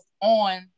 on